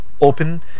open